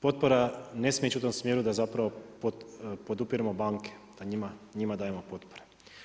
Potpora ne smije ići u tom smjeru da zapravo podupiremo banke, da njima dajemo potpore.